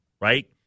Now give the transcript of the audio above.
right